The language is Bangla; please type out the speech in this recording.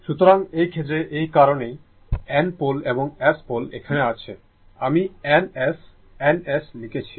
সুতরাং এই ক্ষেত্রে এই কারণেই N পোল এবং S পোল এখানে আছে আমি N S N S লিখেছি